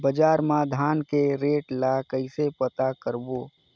बजार मा धान के रेट ला कइसे पता करबो?